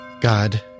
God